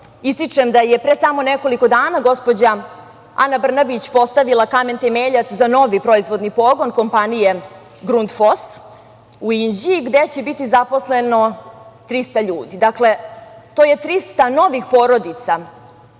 ističem da je pre svega samo nekoliko dana gospođa Ana Brnabić postavila kamen temeljac za novi proizvodni pogon kompanije „Grunt fos“ u Inđiji gde će biti zaposleno 300 ljudi, dakle to je 300 novih porodica